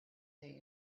day